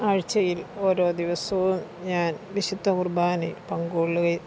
ആഴ്ചയിൽ ഓരോ ദിവസവും ഞാൻ വിശുദ്ധ കുർബ്ബാനയിൽ പങ്ക് കൊള്ളുകയും